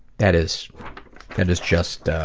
that is that is just,